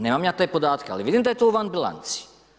Nemam ja te podatke, ali vidim da je to van bilanci.